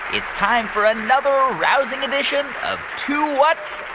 it's time for another rousing edition of two whats?